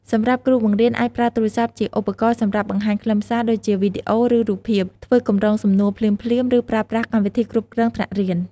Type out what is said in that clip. សម្រាប់គ្រូបង្រៀនអាចប្រើទូរស័ព្ទជាឧបករណ៍សម្រាប់បង្ហាញខ្លឹមសារ ដូចជាវីដេអូ ឬរូបភាព ធ្វើកម្រងសំណួរ ភ្លាមៗ ឬប្រើប្រាស់កម្មវិធីគ្រប់គ្រងថ្នាក់រៀន។